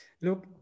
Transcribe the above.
look